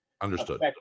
Understood